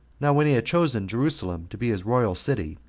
now when he had chosen jerusalem to be his royal city,